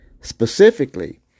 Specifically